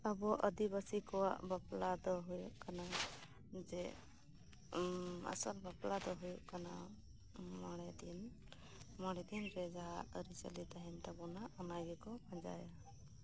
ᱟᱵᱚ ᱟᱹᱫᱤᱵᱟᱹᱥᱤ ᱠᱚᱣᱟᱜ ᱵᱟᱯᱞᱟ ᱫᱚ ᱦᱩᱭᱩᱜ ᱠᱟᱱᱟ ᱡᱮ ᱟᱥᱚᱞ ᱵᱟᱯᱞᱟ ᱫᱚ ᱦᱩᱭᱩᱜ ᱠᱟᱱᱟ ᱢᱚᱬᱮ ᱫᱤᱱ ᱢᱚᱬᱮ ᱫᱤᱱ ᱨᱮ ᱡᱟᱦᱟ ᱟᱹᱨᱤᱪᱟᱹᱞᱤ ᱛᱟᱸᱦᱮᱱᱟ ᱛᱟᱵᱚᱱᱟ ᱚᱱᱟ ᱜᱮᱠᱚ ᱯᱟᱡᱟᱭᱮᱫᱟ